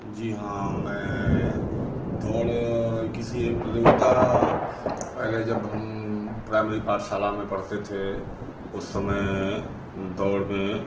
जी हाँ मैं दौड़ किसी प्रतियोगिता पहले जब हम प्राइमरी पाठशाला में पढ़ते थे उस समय दौड़ में